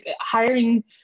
hiring